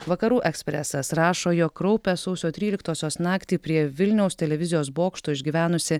vakarų ekspresas rašo jog kraupią sausio tryliktosios naktį prie vilniaus televizijos bokšto išgyvenusi